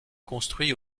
construits